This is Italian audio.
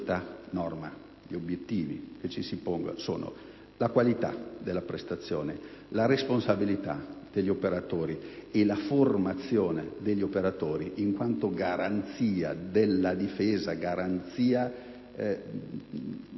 la qualità della prestazione, la responsabilità e la formazione degli operatori in quanto garanzia della difesa, garanzia di un bene